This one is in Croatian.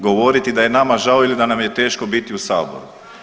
Govoriti da je nama žao ili da nam je teško biti u Saboru.